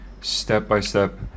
step-by-step